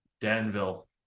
Danville